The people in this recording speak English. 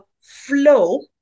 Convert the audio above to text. flow